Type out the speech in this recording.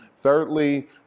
Thirdly